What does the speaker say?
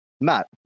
Matt